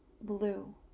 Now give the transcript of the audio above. blue